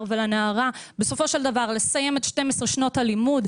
ולנערה בסופו של דבר לסיים את 12 שנות הלימוד,